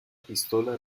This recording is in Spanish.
pistola